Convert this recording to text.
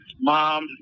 mom